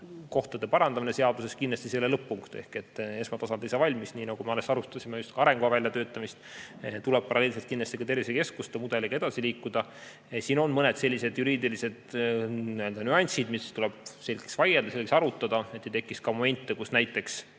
kohtade parandamine seaduses, kindlasti ei ole see lõpp-punkt, esmatasand ei saa valmis. Nii nagu me alles arutasime just ka arengukava väljatöötamist, tuleb paralleelselt kindlasti ka tervisekeskuste mudeliga edasi liikuda. Siin on mõned juriidilised nüansid, mis tuleb selgeks vaielda, selgeks arutada, et ei tekiks momente, kus näiteks